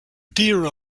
dear